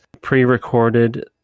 pre-recorded